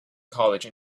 college